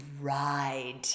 ride